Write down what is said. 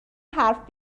حرف